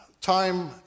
time